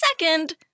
Second